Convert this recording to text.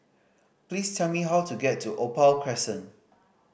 please tell me how to get to Opal Crescent